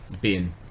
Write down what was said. Bin